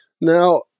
Now